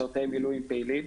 משרתי מילואים פעילים,